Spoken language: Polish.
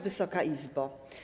Wysoka Izbo!